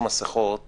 תסמינים